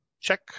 check